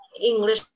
English